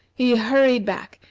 he hurried back,